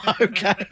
Okay